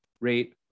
rate